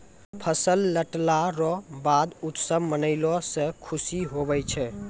फसल लटला रो बाद उत्सव मनैलो से खुशी हुवै छै